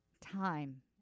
time